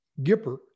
Gipper